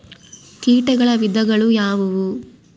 ಕೇಟಗಳ ವಿಧಗಳು ಯಾವುವು?